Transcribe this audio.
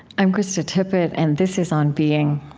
i'm krista tippett, and this is on being.